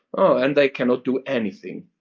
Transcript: and they cannot do anything,